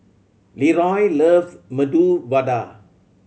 Leroy loves Medu Vada